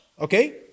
okay